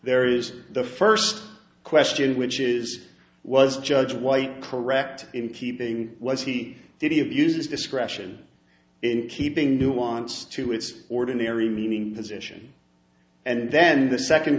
there is the first question which is was judge white correct in keeping was he did he abused his discretion in keeping nuance to its ordinary meaning position and then the second